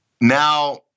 now